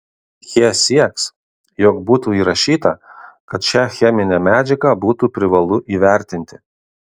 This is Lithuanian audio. jie sieks jog būtų įrašyta kad šią cheminę medžiagą būtų privalu įvertinti